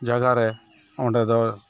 ᱡᱟᱭᱜᱟᱨᱮ ᱚᱸᱰᱮᱫᱚ